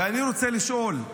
ואני רוצה לשאול,